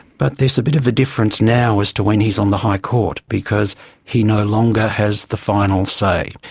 but there's a bit of a difference now as to when he is on the high court because he no longer has the final say.